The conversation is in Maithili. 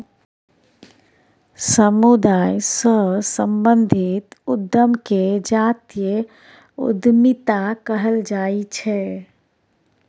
समुदाय सँ संबंधित उद्यम केँ जातीय उद्यमिता कहल जाइ छै